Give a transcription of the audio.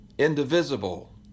indivisible